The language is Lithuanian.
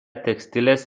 tekstilės